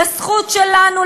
לזכות שלנו,